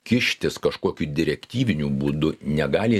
kištis kažkokiu direktyviniu būdu negali